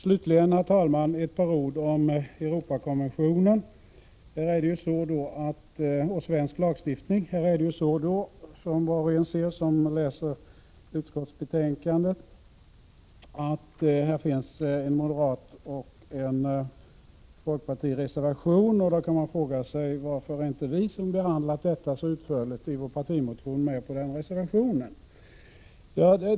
Slutligen, herr talman, ett par ord om Europakonventionen och den svenska lagstiftningen. Som var och en ser som läser utskottsbetänkandet finns det en moderat reservation och en folkpartireservation. Då kan man fråga sig varför inte vi i centern — som har behandlat detta så utförligt i vår partimotion — är med på den reservationen.